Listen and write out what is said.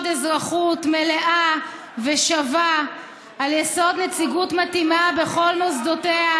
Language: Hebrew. אזרחות מלאה ושווה ועל יסוד נציגות מתאימה בכל מוסדותיה,